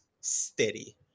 steady